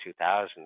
2000s